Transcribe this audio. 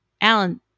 Alan